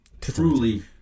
truly